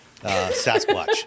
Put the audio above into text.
Sasquatch